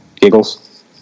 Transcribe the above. giggles